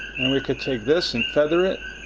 and we could take this and feather it.